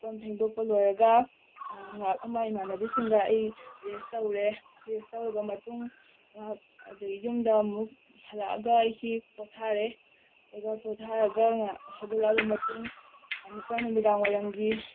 ꯀꯣꯟ ꯐꯦꯡꯗꯣꯛꯄ ꯂꯣꯏꯔꯒ ꯉꯍꯥꯛ ꯑꯃ ꯏꯃꯥꯟꯅꯕꯤꯁꯤꯡꯒ ꯑꯩ ꯔꯦꯁ ꯇꯧꯔꯦ ꯔꯦꯁ ꯇꯧꯔꯕ ꯃꯇꯨꯡ ꯉꯍꯥꯛ ꯑꯗꯨꯗꯩ ꯌꯨꯝꯗ ꯑꯃꯨꯛ ꯍꯜꯂꯛꯑꯒ ꯑꯩꯁꯤ ꯄꯣꯊꯥꯔꯦ ꯑꯗꯨꯒ ꯄꯣꯊꯥꯔꯒ ꯉꯍꯥꯛ ꯍꯧꯒꯠꯂꯕ ꯃꯇꯨꯡ ꯑꯃꯨꯛꯀ ꯅꯨꯃꯤꯗꯥꯡ ꯋꯥꯏꯔꯝꯒꯤ